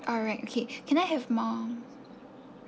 alright okay can I have more